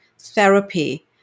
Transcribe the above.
therapy